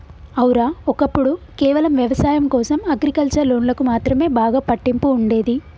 ఔర, ఒక్కప్పుడు కేవలం వ్యవసాయం కోసం అగ్రికల్చర్ లోన్లకు మాత్రమే బాగా పట్టింపు ఉండేది